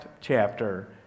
chapter